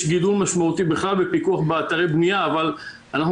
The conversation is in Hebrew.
יש גידול משמעותי בכלל בפיקוח באתרי בנייה אבל אנחנו